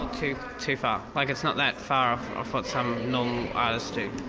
too too far. like, it's not that far off what some normal artists do.